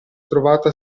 trovato